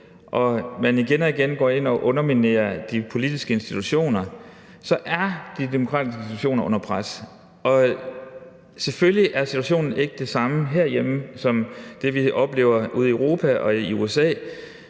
og man igen og igen går ind og underminerer de politiske institutioner, så er de demokratiske institutioner under pres. Selvfølgelig er situationen ikke den samme herhjemme som den, vi oplever ude i Europa og i USA,